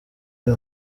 uyu